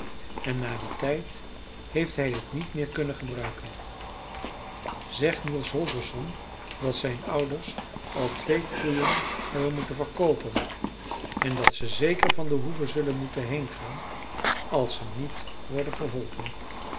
en na dien tijd heeft hij het niet meer kunnen gebruiken zeg niels holgersson dat zijn ouders al twee koeien hebben moeten verkoopen en dat ze zeker van de hoeve zullen moeten heengaan als ze niet worden geholpen